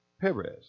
Perez